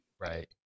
Right